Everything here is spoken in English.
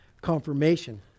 confirmation